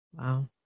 Wow